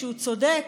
שהוא צודק,